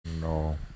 No